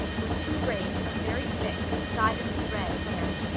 were two braids of very thick, decidedly red hair.